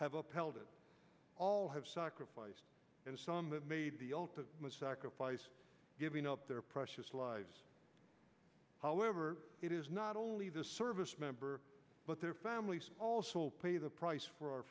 have upheld it all have sacrificed and some made the all to sacrifice giving up their precious lives however it is not only the service member but their families also pay the price for our